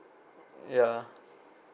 yeah